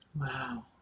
wow